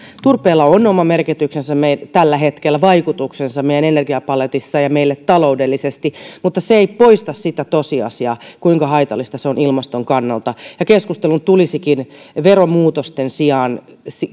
turpeella on oma merkityksensä meille tällä hetkellä vaikutuksensa meidän energiapaletissa ja meille taloudellisesti mutta se ei poista sitä tosiasiaa kuinka haitallista se on ilmaston kannalta keskustelun tulisikin veromuutosten sijaan